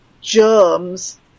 germs